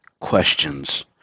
questions